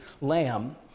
lamb